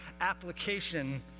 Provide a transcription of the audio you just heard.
application